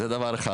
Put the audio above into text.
זה דבר אחד.